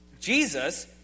Jesus